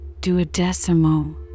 Duodecimo